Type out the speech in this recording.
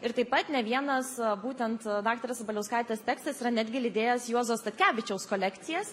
ir taip pat ne vienas būtent daktarės sabaliauskaitės tekstas yra netgi lydėjęs juozo statkevičiaus kolekcijas